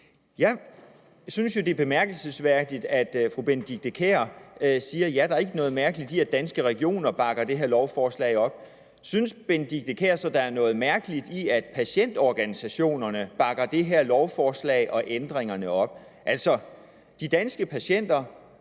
Jeg synes jo, det er bemærkelsesværdigt, at fru Benedikte Kiær siger, at ja, der er ikke noget mærkeligt i, at Danske Regioner bakker det her lovforslag op. Synes fru Benedikte Kiær så, der er noget mærkeligt i, at patientorganisationerne bakker det her lovforslag og ændringerne op